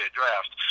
draft